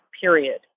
period